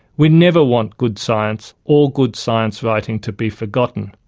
we never want good science or good science writing to be forgotten.